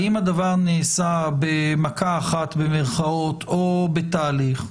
האם הדבר נעשה ב"מכה אחת" או בתהליך?